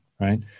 right